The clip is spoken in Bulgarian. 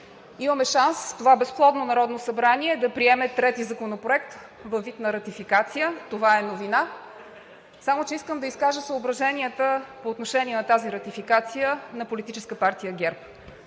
Имаме шанс това безплодно Народно събрание да приеме трети законопроект във вид на ратификация, това е новина. Само че искам да изкажа съображенията по отношение на тази ратификация на Политическа партия ГЕРБ.